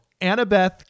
Annabeth